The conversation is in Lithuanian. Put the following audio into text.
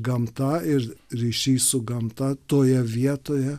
gamta ir ryšys su gamta toje vietoje